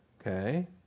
Okay